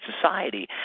society